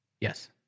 yes